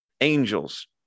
angels